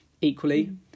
equally